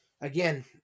Again